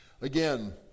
Again